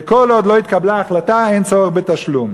וכל עוד לא התקבלה החלטה אין צורך בתשלום.